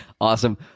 awesome